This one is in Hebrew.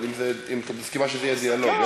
אבל, את מסכימה שזה יהיה דיאלוג?